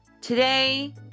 today